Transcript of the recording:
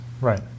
Right